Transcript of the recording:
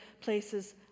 places